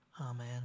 Amen